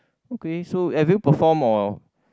okay so have you perform or